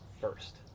first